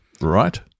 right